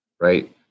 right